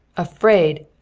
afraid!